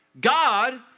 God